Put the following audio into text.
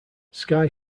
sky